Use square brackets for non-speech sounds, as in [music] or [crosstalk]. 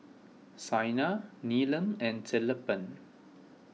Saina Neelam and [unintelligible]